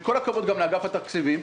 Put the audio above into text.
עם כל הכבוד לאגף התקציבים,